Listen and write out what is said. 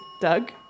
doug